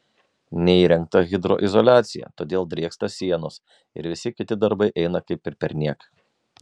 neįrengta hidroizoliacija todėl drėksta sienos ir visi kiti darbai eina kaip ir perniek